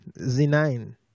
Z-nine